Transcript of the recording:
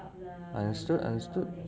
understood understood